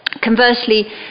Conversely